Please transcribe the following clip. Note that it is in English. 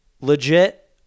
Legit